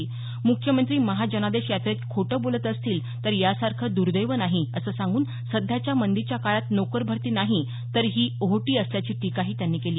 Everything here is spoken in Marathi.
म्ख्यमंत्री महाजनादेश यात्रेत खोटं बोलत असतील तर यासारखं दर्दैव नाही असं सांगून सध्याच्या मंदीच्या काळात नोकरभरती नाहीतर ही ओहोटी असल्याचीही टिका त्यांनी केली